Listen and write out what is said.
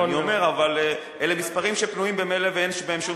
אבל אלה מספרים שפנויים ממילא ואין בהם שום,